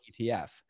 ETF